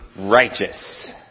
righteous